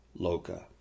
Loka